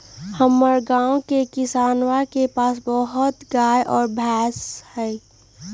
हमरा गाँव के किसानवन के पास बहुत गाय और भैंस हई